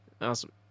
Awesome